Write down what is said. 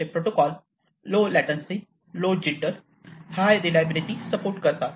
असे protocol low latency low jitter high reliability support करतात